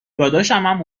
دادشمم